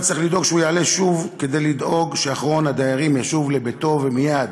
וצריך לדאוג שהוא יעלה שוב כדי לדאוג שאחרון הדיירים ישוב לביתו ומייד.